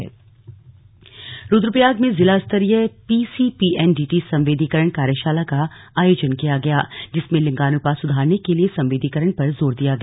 slug कार्यशाला रुद्रप्रयाग में जिला स्तरीय P C P N D T संवेदीकरण कार्यशाला का आयोजन किया गया जिसमें लिंगानुपात सुधारने के लिए संवेदीकरण पर जोर दिया गया